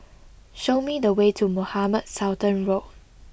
show me the way to Mohamed Sultan Road